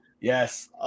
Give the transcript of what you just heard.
yes